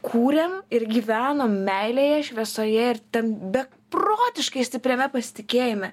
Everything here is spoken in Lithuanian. kūrėm ir gyvenom meilėje šviesoje ir ten beprotiškai stipriame pasitikėjime